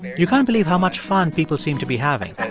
you can't believe how much fun people seem to be having. and